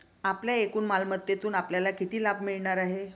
आपल्या एकूण मालमत्तेतून आपल्याला किती लाभ मिळणार आहे?